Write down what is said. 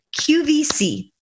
QVC